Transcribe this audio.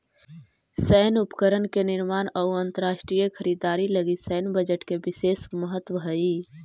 सैन्य उपकरण के निर्माण अउ अंतरराष्ट्रीय खरीदारी लगी सैन्य बजट के विशेष महत्व हई